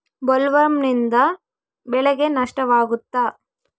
ಬೊಲ್ವರ್ಮ್ನಿಂದ ಬೆಳೆಗೆ ನಷ್ಟವಾಗುತ್ತ?